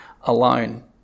alone